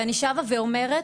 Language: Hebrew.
ואני שבה ואומרת,